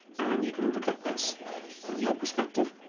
and you can look at this from your perspective.